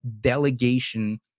delegation